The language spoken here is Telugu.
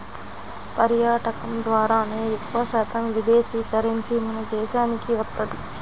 పర్యాటకం ద్వారానే ఎక్కువశాతం విదేశీ కరెన్సీ మన దేశానికి వత్తది